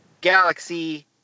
galaxy